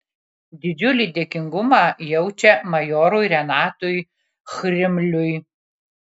didžiulį dėkingumą jaučia majorui renatui chrimliui